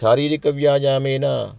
शारीरिकव्यायामेन